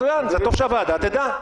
מצוין, זה טוב שהוועדה תדע.